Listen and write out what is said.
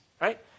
Right